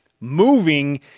moving